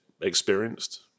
experienced